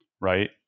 right